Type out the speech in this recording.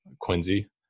Quincy